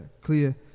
clear